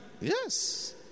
Yes